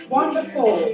Wonderful